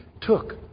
took